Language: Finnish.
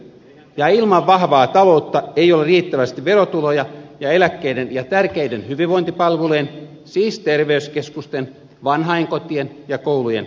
ja ilman vahvaa taloutta ei ole riittävästi verotuloja ja eläkkeiden ja tärkeiden hyvinvointipalveluiden siis terveyskeskusten vanhainkotien ja koulujen turvaamisen mahdollisuutta